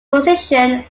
position